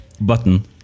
button